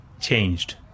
changed